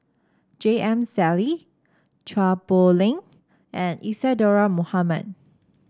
J M Sali Chua Poh Leng and Isadhora Mohamed